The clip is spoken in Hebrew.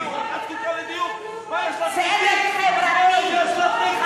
זקוקה לדיור, צדק חברתי.